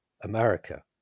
America